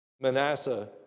Manasseh